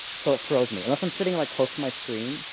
so it throws me. unless i'm sitting like close to my screen.